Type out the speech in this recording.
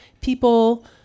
People